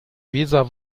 weser